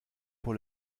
pour